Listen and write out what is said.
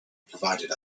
provided